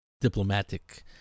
diplomatic